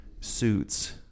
suits